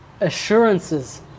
assurances